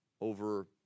over